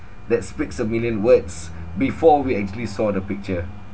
that speaks a million words before we actually saw the picture